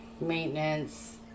maintenance